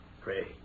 Pray